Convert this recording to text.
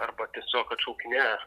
arba tiesiog atšaukinėja